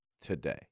today